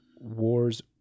wars